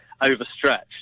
overstretched